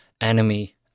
enemy